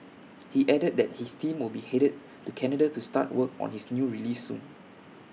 he added that his team will be headed to Canada to start work on his new release soon